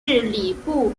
礼部